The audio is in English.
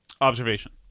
observation